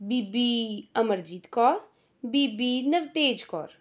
Bibi Amarjeet Kaur Bibi Navtej Kaur